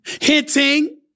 hinting